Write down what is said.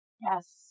Yes